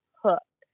hook